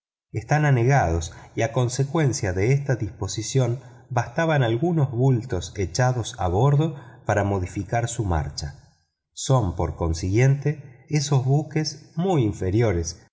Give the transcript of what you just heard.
están anegados y a consecuencia de esta disposición bastaban algunos bultos echados a bordo para modificar su marca son por consiguiente esos buques muy inferiores